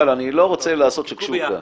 אבל אני לא רוצה לעשות שקשוקה,